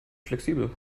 flexibel